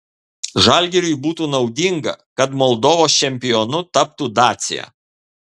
žalgiriui būtų naudinga kad moldovos čempionu taptų dacia